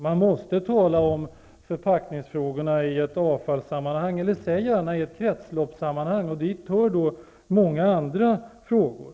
Man måste tala om förpackningsfrågorna i ett avfallssammanhang -- eller kalla det gärna ett kretsloppssammanhang -- och dit hör många andra frågor.